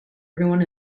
everyone